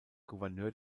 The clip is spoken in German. gouverneur